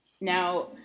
now